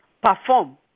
perform